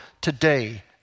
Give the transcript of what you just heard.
today